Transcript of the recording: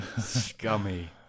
Scummy